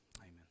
Amen